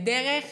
בדרך